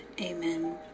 Amen